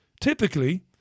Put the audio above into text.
typically